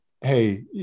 hey